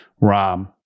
Rom